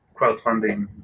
crowdfunding